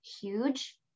huge